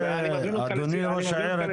אדוני ראש העיר,